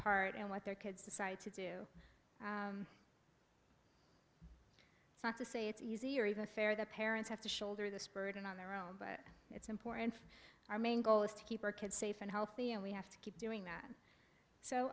part in what their kids decide to do it's not to say it's easier even fair that parents have to shoulder this burden on their own but it's important our main goal is to keep our kids safe and healthy and we have to keep doing that so